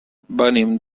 venim